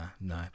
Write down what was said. no